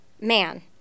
man